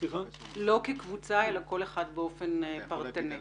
לא כקבוצה אלא כל אחד באופן פרטני.